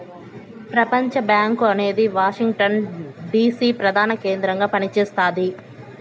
ప్రపంచబ్యాంకు అనేది Washington DC ప్రదాన కేంద్రంగా పని చేస్తుండాది